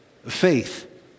Faith